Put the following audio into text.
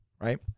right